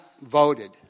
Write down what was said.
voted